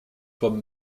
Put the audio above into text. von